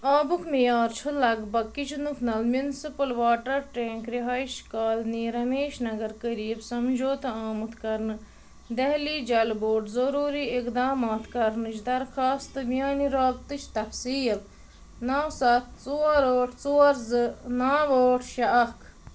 آبُک معیار چھُ لگ بگ کِچنُک نَل میُنسِپٕل واٹر ٹٮ۪نٛک رِہٲیِش کالنی رَمیش نگر قریب سمجھوتہٕ آمُت کرنہٕ دہلی جل بورڈ ضٔروٗری اِقدامات کرنٕچ درخواست میٛانہِ رابطٕچ تفصیٖل نَو سَتھ ژور ٲٹھ ژور زٕ نَو ٲٹھ شےٚ اکھ